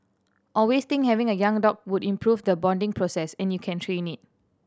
always think having a young dog would improve the bonding process and you can train it